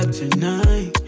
tonight